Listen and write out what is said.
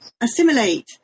assimilate